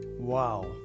wow